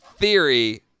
Theory